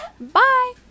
Bye